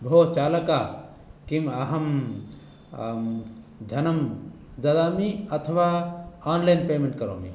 भो चालक किम् अहं धनं ददामि अथवा आन्लैन् पेमेन्ट् करोमि